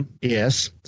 yes